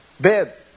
bed